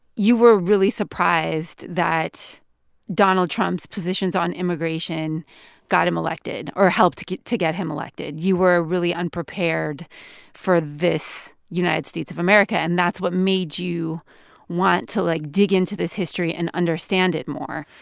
you were really surprised that donald trump's positions on immigration got him elected or helped to get to get him elected. you were really unprepared for this united states of america, and that's what made you want to, like, dig into this history and understand it more.